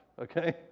okay